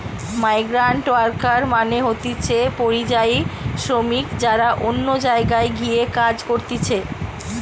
migrant worker মানে হতিছে পরিযায়ী শ্রমিক যারা অন্য জায়গায় গিয়ে কাজ করতিছে